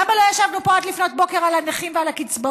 למה לא ישבנו פה עד לפנות בוקר על הנכים ועל הקצבאות?